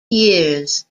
years